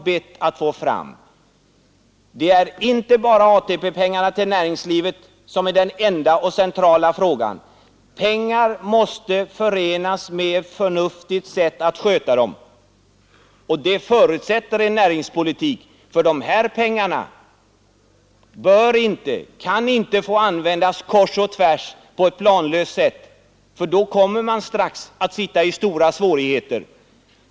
Den centrala frågan gäller alltså inte ATP-pengarna till näringslivet. Pengarna måste också förenas med ett förnuftigt sätt att sköta dem, och det förutsätter en riktig näringspolitik. Dessa pengar bör och kan inte få användas kors och tvärs på ett planlöst sätt; då kommer man strax att ha försatt sig i stora svårigheter.